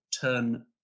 turn